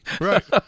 Right